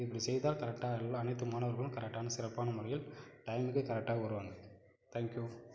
இப்படி செய்தால் கரெக்டாக எல்லாம் அனைத்து மாணவர்களும் கரெக்டான சிறப்பான முறையில் டைமுக்கு கரெக்டாக வருவாங்க தேங்க்யூ